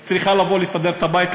שהיא צריכה לבוא לסדר את הבית,